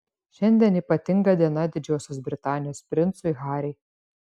šiandien ypatinga diena didžiosios britanijos princui harry